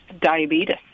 diabetes